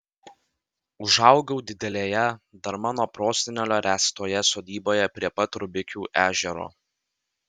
užaugau didelėje dar mano prosenelio ręstoje sodyboje prie pat rubikių ežero